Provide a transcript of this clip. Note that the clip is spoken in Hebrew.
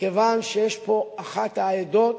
מכיוון שיש פה אחת העדות